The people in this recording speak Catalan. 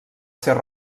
ser